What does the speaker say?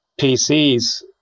pcs